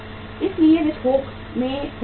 इसलिए वे थोक में खरीदते हैं